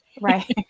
Right